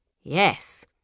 Yes